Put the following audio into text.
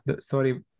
sorry